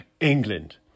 England